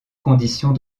conditions